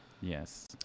Yes